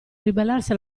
ribellarsi